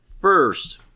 First